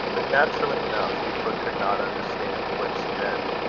but, naturally enough, euphra could not understand what she meant.